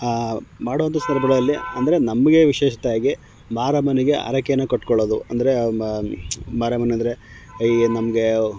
ಮಾಡೋದು ಅಂದರೆ ನಮಗೆ ವಿಶೇಷತೆಯಾಗಿ ಮಾರಮ್ಮನಿಗೆ ಹರಕೆಯನ್ನ ಕಟ್ಕೊಳ್ಳೋದು ಅಂದರೆ ಮ ಮಾರಮ್ಮನ ಅಂದರೆ ಏ ನಮಗೆ